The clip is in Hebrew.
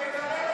הוא מקלל אותו.